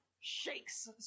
shakes